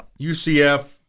UCF